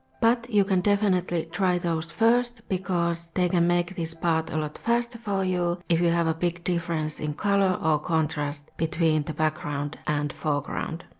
but you can definitely try those first, because they can make this part a lot faster for you if you have a big difference in color or contrast between the background and foreground.